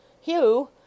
Hugh